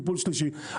טיפול שלישי,